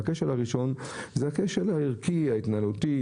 הכשל הראשון זה הכשל הערכי ההתנהלותי,